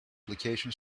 application